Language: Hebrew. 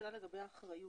שאלה לגבי האחריות.